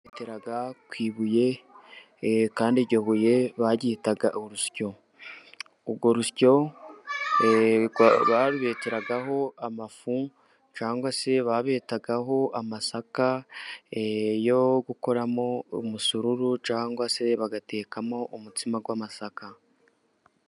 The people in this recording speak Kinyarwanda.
Babeteraga ku ibuye, kandi iryo buye baryitaga urusyo, urwo rusyo barubeteragaho amafu cyangwa se bakabetaragaho amasaka yo gukoramo umusururu, cyangwa se bagatekamo umutsima w'amasaka.